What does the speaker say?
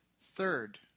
Third